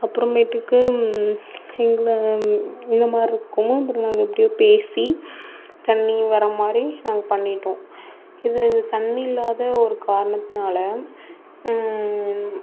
அப்புறமேட்டுக்கு எங்களை இந்தமாதிரி இருக்கவும் அப்புறம் நாங்கள் எப்படியோ பேசி தண்ணிர் வர மாதிரி நாங்கள் பண்ணிவிட்டோம் இதை தண்ணிர் இல்லாத ஒரு காரணத்தினால